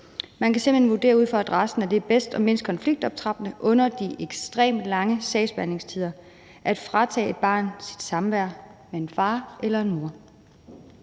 man kan simpelt hen vurdere ud fra adressen, at det er bedst og mindst konfliktoptrappende under de ekstremt lange sagsbehandlingstider at fratage et barn dets samvær med en far eller en mor.